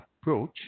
approach